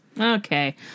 Okay